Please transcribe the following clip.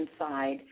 inside